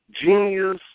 genius